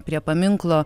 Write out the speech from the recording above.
prie paminklo